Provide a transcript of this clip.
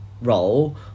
role